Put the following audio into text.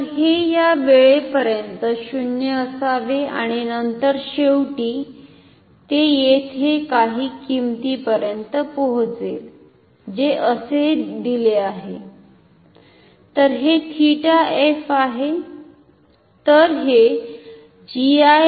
तर हे या वेळेपर्यंत 0 असावे आणि नंतर शेवटी ते येथे काही किंमतीपर्यंत पोहोचेल जे असे दिले आहे तर हे 𝜃f आहे